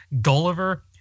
Gulliver